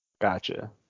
Gotcha